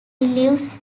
lives